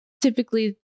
typically